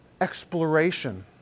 exploration